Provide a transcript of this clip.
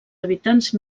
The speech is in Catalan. habitants